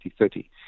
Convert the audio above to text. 2030